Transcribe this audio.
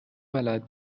بلد